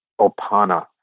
Opana